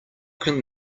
can